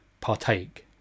partake